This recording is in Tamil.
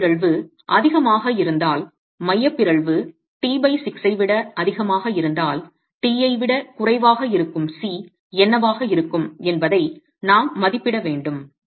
மையப் பிறழ்வு அதிகமாக இருந்தால் மையப் பிறழ்வு t6 ஐ விட அதிகமாக இருந்தால் t ஐ விட குறைவாக இருக்கும் c என்னவாக இருக்கும் என்பதை நாம் மதிப்பிட வேண்டும்